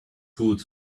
good